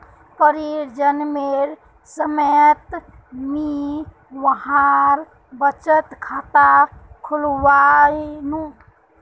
परीर जन्मेर समयत मुई वहार बचत खाता खुलवैयानु